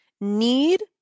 Need